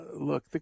look